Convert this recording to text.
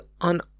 on